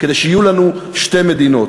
כדי שיהיו לנו שתי מדינות.